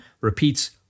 repeats